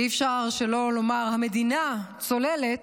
ואי-אפשר שלא לומר המדינה צוללת,